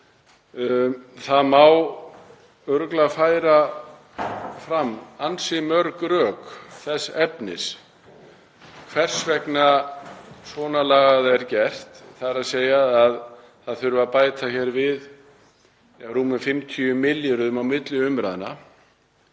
það má örugglega færa fram ansi mörg rök þess efnis hvers vegna svona lagað er gert, þ.e. að þurfa að bæta við rúmum 50 milljörðum á milli umræðna.